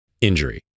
injury